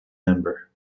member